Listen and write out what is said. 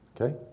Okay